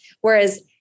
Whereas